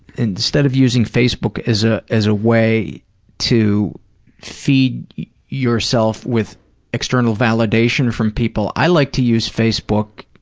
instead of using facebook as ah as a way to feed yourself with external validation from people, i like to use facebook